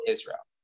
Israel